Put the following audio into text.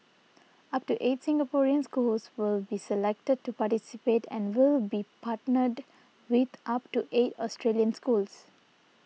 up to eight Singaporean schools will be selected to participate and will be partnered with up to eight Australian schools